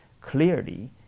Clearly